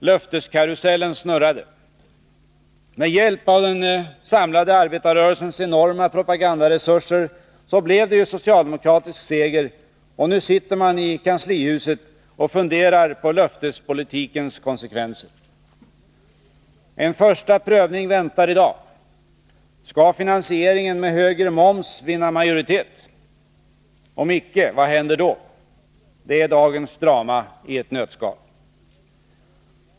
Löfteskarusellen snurrade. Med hjälp av den samlade arbetarrörelsens enorma propagandaresurser blev det ju socialdemokratisk seger, och nu sitter man i kanslihuset och funderar på löftespolitikens konsekvenser. En första prövning väntar i dag. Skall finansieringen med högre moms vinna majoritet? Om icke, vad händer då? Det är dagens drama i ett nötskal.